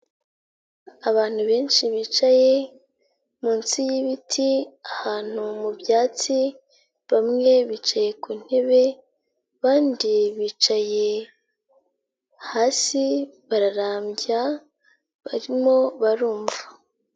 Abantu benshi bicaye munsi y'ibiti ahantu mu byatsi, bamwe bicaye ku ntebe, abandi bicaye hasi bararambya, barimo barumva.